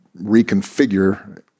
reconfigure